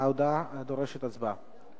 ההודעה דורשת הצבעה.